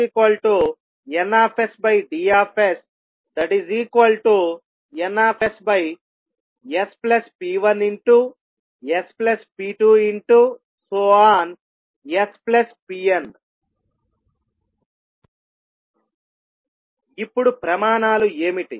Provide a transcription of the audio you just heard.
ఇప్పుడు HsNDNsp1sp2spn ఇప్పుడు ప్రమాణాలు ఏమిటి